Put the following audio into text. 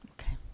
Okay